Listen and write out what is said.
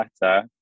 better